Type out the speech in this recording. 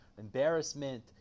embarrassment